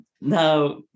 now